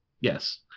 Yes